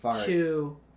two